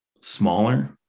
smaller